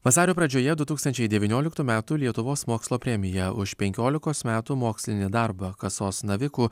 vasario pradžiojedu tūkstančiai devynioliktų metų lietuvos mokslo premiją už penkiolikos metų mokslinį darbą kasos navikų